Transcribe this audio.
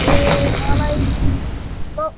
ए मलाई